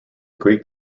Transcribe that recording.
greek